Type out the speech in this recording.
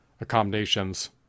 accommodations